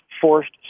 forced